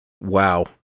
Wow